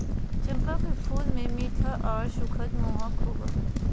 चंपा के फूल मे मीठा आर सुखद महक होवो हय